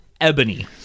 Ebony